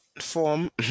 form